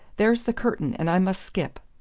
there's the curtain, and i must skip.